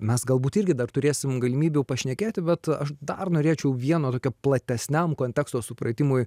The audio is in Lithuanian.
mes galbūt irgi dar turėsim galimybių pašnekėti bet aš dar norėčiau vieno tokio platesniam konteksto supratimui